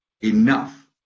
enough